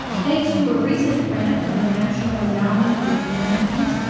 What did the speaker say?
thanks to a recent grant from the national endowment of the humanities,